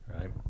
Right